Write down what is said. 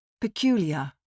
Peculiar